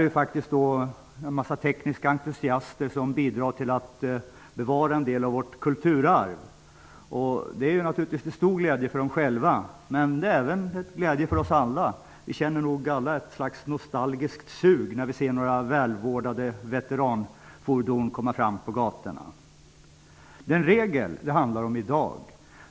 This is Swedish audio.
Det handlar om en massa tekniska entusiaster som bidrar till att bevara en del av vårt kulturarv. Det är naturligtvis till stor glädje för dem själva, men det är även till glädje för oss andra. Vi känner nog alla ett nostalgiskt sug när vi ser välvårdade veteranfordon på gatorna. Den regel som det handlar om i dag